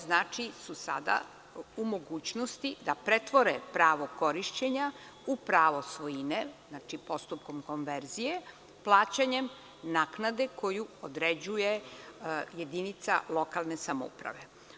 Znači, one su sada u mogućnosti da pretvore pravo korišćenja u pravo svojine, znači, postupkom konverzije, plaćanjem naknade koju određuje jedinica lokalne samouprave.